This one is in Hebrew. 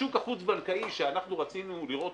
השוק החוץ בנקאי שאנחנו רצינו לראות